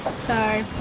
so,